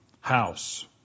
house